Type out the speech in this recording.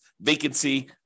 vacancy